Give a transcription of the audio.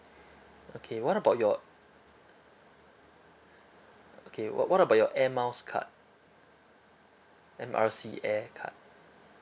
okay what about your okay what what about your air miles card M R C air card